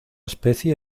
especie